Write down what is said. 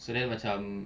so then macam